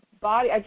body